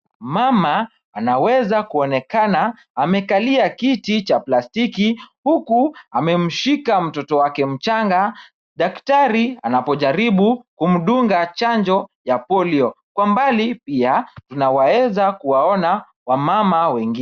Mama anaweza kuonekana amekalia kiti cha plastiki huku amemshika mtoto wake mchanga. Daktari anapojaribu kumdunga chanjo ya polio. Kwa mbali pia tunaweza kuwaona wamama wengine.